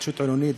התחדשות עירונית,